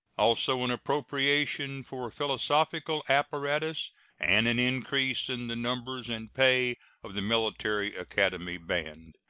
also an appropriation for philosophical apparatus and an increase in the numbers and pay of the military academy band.